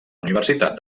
universitat